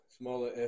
smaller